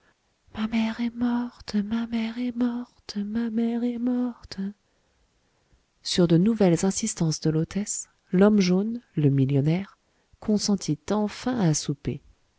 ma mère est morte ma mère est morte ma mère est morte sur de nouvelles insistances de l'hôtesse l'homme jaune le millionnaire consentit enfin à souper